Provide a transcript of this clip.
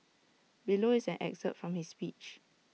below is an excerpt from his speech